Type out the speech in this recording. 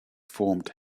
formed